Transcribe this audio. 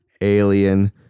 alien